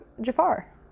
Jafar